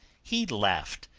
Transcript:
he laughed,